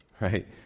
Right